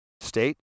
state